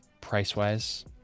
price-wise